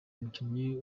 umukinnyi